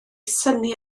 synnu